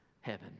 heaven